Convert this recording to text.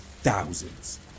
Thousands